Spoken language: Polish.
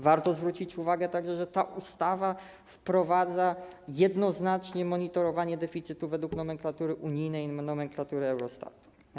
Warto zwrócić uwagę także, że ta ustawa wprowadza jednoznacznie monitorowanie deficytu według nomenklatury unijnej i nomenklatury Eurostatu.